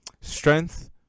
Strength